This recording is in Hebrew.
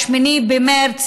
8 במרס,